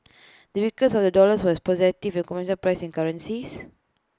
the weakness of the dollar was positive for commodities priced in the currency